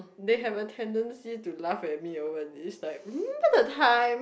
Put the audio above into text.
they have a tendency to laugh at me over this like remember that the time